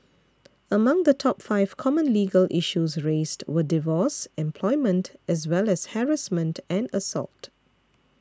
among the top five common legal issues raised were divorce employment as well as harassment and assault